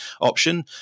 option